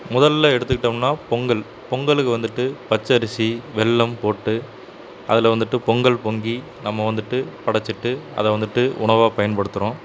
முதலில் எடுத்துக்கிட்டோம்னால் பொங்கல் பொங்கலுக்கு வந்துட்டு பச்சரிசி வெல்லம் போட்டு அதில் வந்துட்டு பொங்கல் பொங்கி நம்ம வந்துட்டு படைச்சிட்டு அதை வந்துட்டு உணவாக பயன்படுத்துகிறோம்